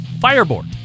Fireboard